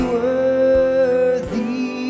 worthy